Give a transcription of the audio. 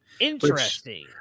Interesting